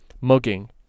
Mugging